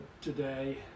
today